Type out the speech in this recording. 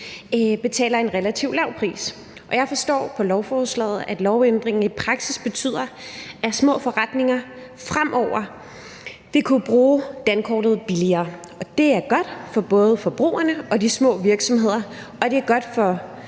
betaler en relativt lav pris. Jeg forstår på lovforslaget, at lovændringen i praksis betyder, at små forretninger fremover vil kunne bruge dankortet billigere. Det er godt for både forbrugerne og de små virksomheder, og det er godt for